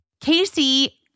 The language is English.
Casey